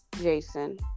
Jason